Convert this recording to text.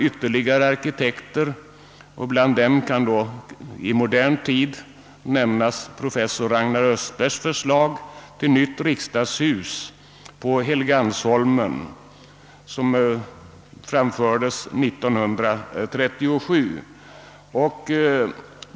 Bland arkitekter i mer modern tid kan nämnas professor Ragnar Östbergs förslag till nytt riksdagshus på Helgeandsholmen som framfördes 1937.